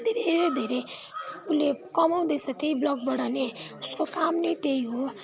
धेरै धेरै उसले कमाउँदैछ त्यही ब्लगबाट नै उसको काम नै त्यही हो